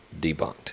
debunked